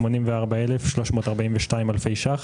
בסך של 84,342 אלפי שקלים.